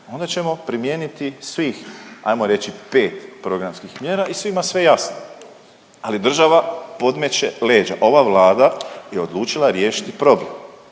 onda ćemo primijeniti svih, ajmo reći, 5 programskih mjera i svima sve jasno. Ali država podmeće leđa. Ova Vlada je odlučila riješiti problem.